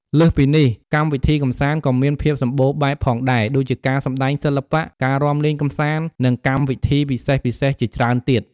លើសពីនេះ កម្មវិធីកម្សាន្តក៏មានភាពសម្បូរបែបផងដែរ ដូចជាការសម្តែងសិល្បៈ ការរាំលេងកម្សាន្ត និងកម្មវិធីពិសេសៗជាច្រើនទៀត។